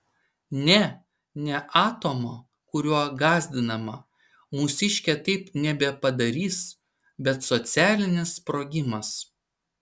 ne ne atomo kuriuo gąsdinama mūsiškė taip nebepadarys bet socialinis sprogimas